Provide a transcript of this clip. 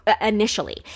initially